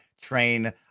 train